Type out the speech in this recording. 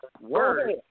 word